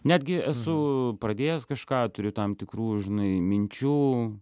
netgi esu pradėjęs kažką turiu tam tikrų žinai minčių